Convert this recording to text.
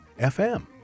FM